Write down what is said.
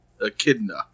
Echidna